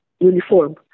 Uniform